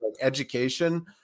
education